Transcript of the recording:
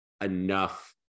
enough